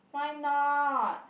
why not